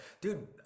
dude